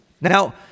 Now